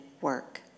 work